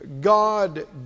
God